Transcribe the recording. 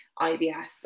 IBS